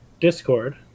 Discord